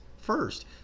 first